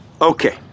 Okay